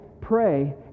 pray